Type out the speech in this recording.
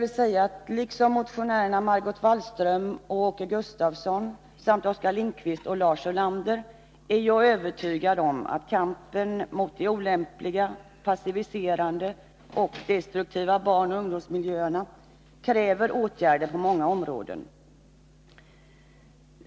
Liksom motionärerna Margot Wallström, Åke Gustavsson, Oskar Lindkvist och Lars Ulander är jag övertygad om att kampen mot de olämpliga, passiviserande och destruktiva barnoch ungdomsmiljöerna kräver åtgärder på många områden.